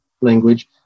language